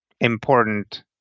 important